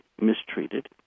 mistreated